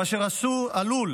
ואשר עלול